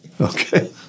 Okay